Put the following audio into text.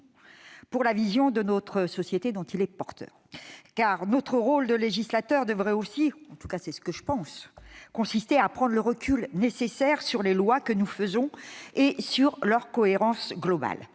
de la vision de notre société dont il est porteur. Notre rôle de législateur devrait aussi consister, je pense, à prendre le recul nécessaire sur les lois que nous élaborons et sur leur cohérence globale.